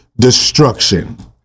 destruction